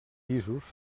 pisos